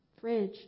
fridge